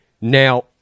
now